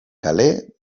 kale